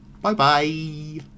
Bye-bye